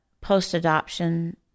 post-adoption